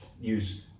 use